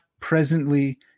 presently